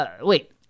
Wait